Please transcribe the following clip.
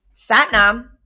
Satnam